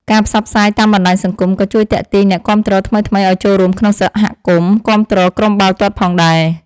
ការផ្សព្វផ្សាយតាមបណ្តាញសង្គមក៏ជួយទាក់ទាញអ្នកគាំទ្រថ្មីៗឲ្យចូលរួមក្នុងសហគមន៍គាំទ្រក្រុមបាល់ទាត់ផងដែរ។